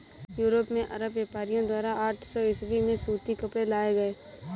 Europe में अरब व्यापारियों द्वारा आठ सौ ईसवी में सूती कपड़े लाए गए